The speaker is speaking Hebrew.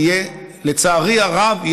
לצערי הרב,